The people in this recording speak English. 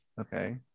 Okay